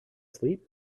sleep